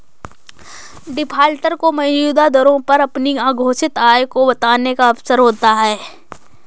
defaulter को मौजूदा दरों पर अपनी अघोषित आय को बताने का अवसर होता है